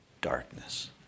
Darkness